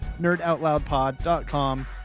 Nerdoutloudpod.com